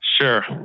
Sure